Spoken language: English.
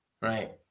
right